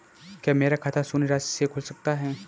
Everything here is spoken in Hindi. क्या मेरा खाता शून्य राशि से खुल सकता है?